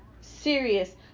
serious